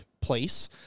place